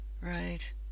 right